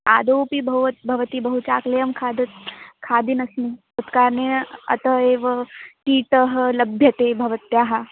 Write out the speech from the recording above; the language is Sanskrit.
आदौपि भवत् भवती बहु चाकलेहः खादती खादेनन किं तत्कारणेन अतः एव कीटः लभ्यते भवत्याः